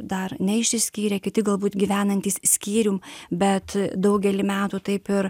dar neišsiskyrę kiti galbūt gyvenantys skyrium bet daugelį metų taip ir